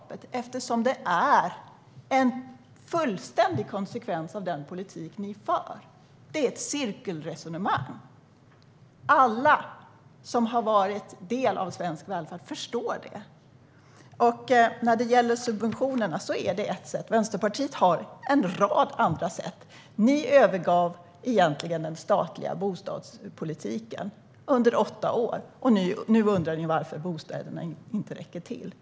Det är helt omöjligt, eftersom det är en fullständig konsekvens av den politik ni för. Det är ett cirkelresonemang. Alla som har varit en del av svensk välfärd förstår detta. När det gäller subventionerna är detta ett sätt. Vänsterpartiet har en rad andra sätt. Ni övergav den statliga bostadspolitiken under åtta år, och nu undrar ni varför bostäderna inte räcker till.